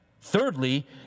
Thirdly